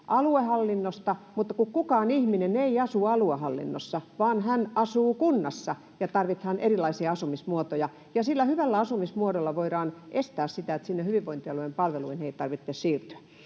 aluehallinnosta, mutta kun kukaan ihminen ei asu aluehallinnossa vaan asuu kunnassa. Tarvitaan erilaisia asumismuotoja, ja sillä hyvällä asumismuodolla voidaan estää sitä, että sinne hyvinvointialueen palveluihin tarvitsee siirtyä.